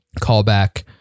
callback